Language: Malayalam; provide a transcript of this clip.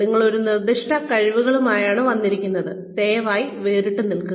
നിങ്ങൾ ഒരു നിർദ്ദിഷ്ട കഴിവുകളുമായാണ് വന്നിരിക്കുന്നത് ദയവായി വേറിട്ടുനിൽക്കുക